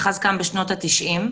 המאחז קם בשנות ה-90.